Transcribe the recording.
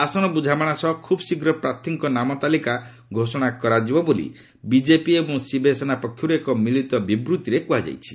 ଆସନ ବୁଝାମଣା ସହ ଖୁବ୍ ଶୀଘ୍ର ପ୍ରାର୍ଥୀଙ୍କ ନାମ ତାଲିକା ଘୋଷଣା କରାଯିବ ବୋଲି ବିଜେପି ଏବଂ ଶିବସେନା ପକ୍ଷରୁ ଏକ ମିଳିତ ବିବୂଭିରେ କୁହାଯାଇଛି